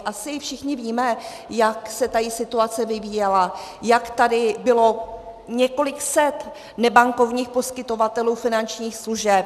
Asi i všichni víme, jak se tady situace vyvíjela, jak tady bylo několik set nebankovních poskytovatelů finančních služeb.